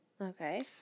Okay